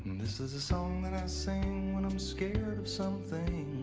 this is a song that i sing when i'm scared of something